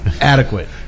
adequate